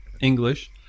English